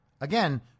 Again